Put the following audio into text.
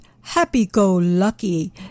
Happy-Go-Lucky